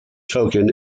token